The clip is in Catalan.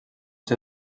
ser